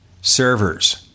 server's